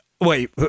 Wait